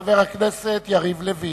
חבר הכנסת יריב לוין.